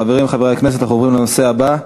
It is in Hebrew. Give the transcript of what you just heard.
חברים, חברי הכנסת, אנחנו עוברים לנושא הבא: